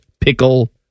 pickle